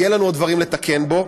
יהיו לנו עוד דברים לתקן בו,